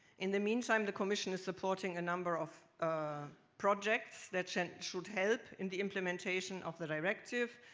in the meantime the commission is supporting a number of projects that should should help in the implementation of the directive.